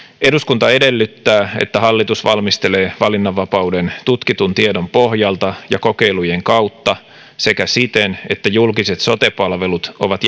eduskunta edellyttää että hallitus valmistelee valinnanvapauden tutkitun tiedon pohjalta ja kokeilujen kautta sekä siten että julkiset sote palvelut ovat